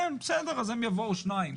והם, בסדר, אז הם יבואו שניים.